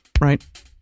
right